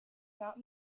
not